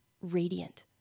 radiant